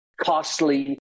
costly